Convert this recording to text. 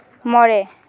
ᱢᱚᱬᱮ